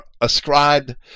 ascribed